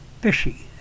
fishy